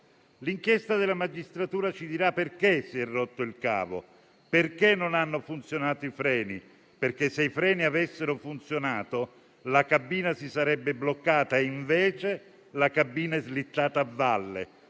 L'inchiesta della magistratura ci dirà perché si è rotto il cavo e perché non hanno funzionato i freni, perché, se i freni avessero funzionato, la cabina si sarebbe bloccata, invece è slittata a valle,